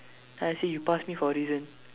then I say you pass me for a reason